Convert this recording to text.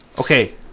Okay